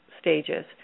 stages